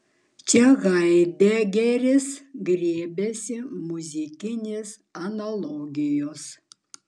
čia haidegeris griebiasi muzikinės analogijos